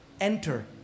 Enter